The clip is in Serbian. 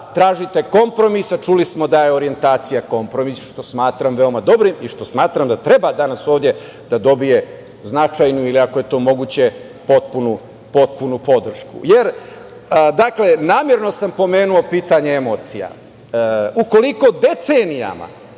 tražite kompromis, a čuli smo da je orijentacija kompromis, što smatram veoma dobrim i što smatram da treba danas ovde da dobije značajnu ili ako je to moguće potpunu podršku. Namerno sam pomenuo pitanje emocija. Ukoliko decenijama